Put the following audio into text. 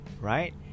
right